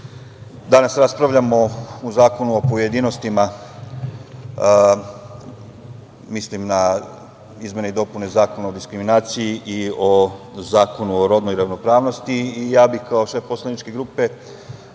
danas raspravljamo o zakonu u pojedinostima, mislim na izmene i dopune Zakona o diskriminaciji, i o Zakonu o rodnoj ravnopravnosti. Ja bih kao šef poslaničke grupe,